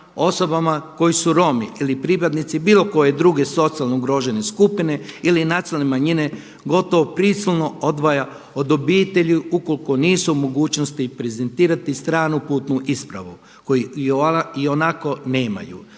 osobama koji su Romi ili pripadnici bilo koje druge socijalno ugrožene skupine ili nacionalne manjine gotovo prisilno odvaja od obitelji ukoliko nisu u mogućnosti prezentirati stranu putnu ispravu koju ionako nemaju,